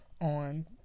on